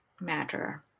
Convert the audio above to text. matter